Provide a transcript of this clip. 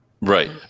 right